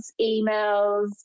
emails